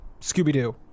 Scooby-Doo